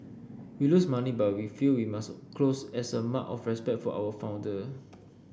we lose money but we feel we must close as a mark of respect for our founder